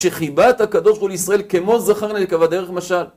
שחיבת הקדוש הוא לישראל כמו זכר לנקבה, דרך משל.